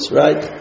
right